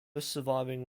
surviving